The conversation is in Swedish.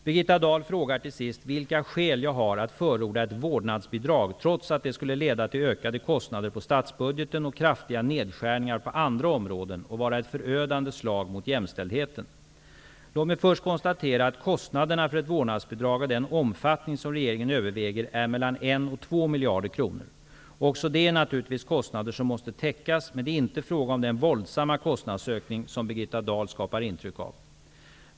Birgitta Dahl frågar till sist vilka skäl jag har att förorda ett vårdnadsbidrag, trots att det skulle leda till ökade kostnader på statsbudgeten och kraftiga nedskärningar på andra områden och vara ett förödande slag mot jämställdheten. Låt mig först konstatera att kostnaderna för ett vårdnadsbidrag av den omfattning som regeringen överväger är mellan 1 och 2 miljarder kronor. Också det är naturligtvis kostnader som måste täckas, men det är inte fråga om den våldsamma kostnadsökning som Birgitta Dahl skapar intryck av.